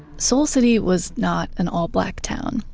soul city was not an all-black town.